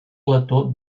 letó